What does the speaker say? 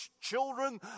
children